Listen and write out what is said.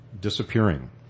disappearing